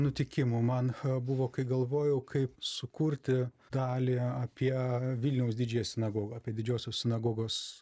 nutikimų man cha buvo kai galvojau kaip sukurti dalį apie vilniaus didžiąją sinagogą apie didžiosios sinagogos